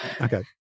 okay